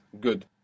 Good